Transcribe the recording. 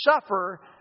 suffer